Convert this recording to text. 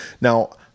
now